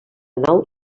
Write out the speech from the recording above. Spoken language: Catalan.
nau